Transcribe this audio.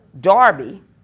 Darby